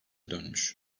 dönmüş